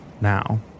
Now